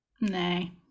Nay